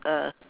uh